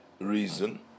reason